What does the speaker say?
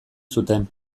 zuten